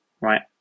Right